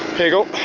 here you go.